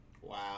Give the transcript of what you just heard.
Wow